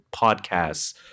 Podcasts